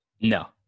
No